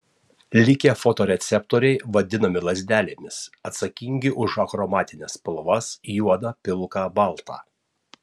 likę fotoreceptoriai vadinami lazdelėmis atsakingi už achromatines spalvas juodą pilką baltą